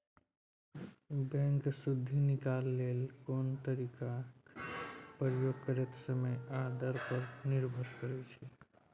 bank सुदि निकालय लेल कोन तरीकाक प्रयोग करतै समय आ दर पर निर्भर करै छै